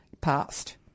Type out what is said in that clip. passed